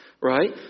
right